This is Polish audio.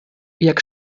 jak